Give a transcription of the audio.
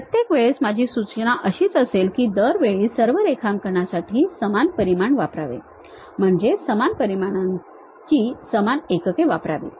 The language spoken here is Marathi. प्रत्येक वेळेस माझी सूचना अशीच असेल की दर वेळी सर्व रेखांकनासाठी समान परिमाण वापरावे म्हणजे समान परिमाणांची समान एकके वापरावी